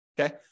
Okay